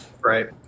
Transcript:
right